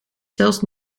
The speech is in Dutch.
zelfs